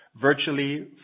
virtually